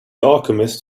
alchemist